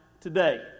today